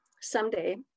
someday